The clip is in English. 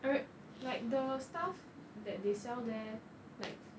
err like the stuff that they sell there like